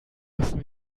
müssen